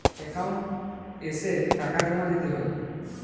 Account এসে টাকা জমা দিতে হবে?